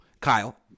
Kyle